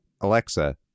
Alexa